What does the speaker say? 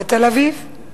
בתל-אביב,